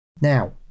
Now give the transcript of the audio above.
Now